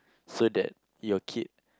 so that your kid